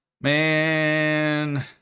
Man